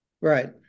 right